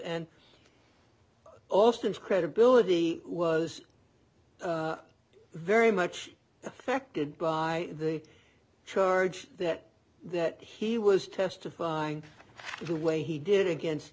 and alston's credibility was very much affected by the charge that that he was testifying to way he did against